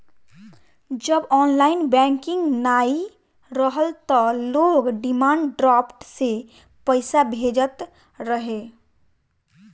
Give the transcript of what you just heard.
जब online banking नाइ रहल तअ लोग डिमांड ड्राफ्ट से पईसा भेजत रहे